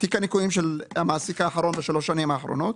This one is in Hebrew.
תיק הניכויים של המעסיק האחרון בשלוש השנים האחרונות,